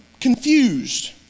confused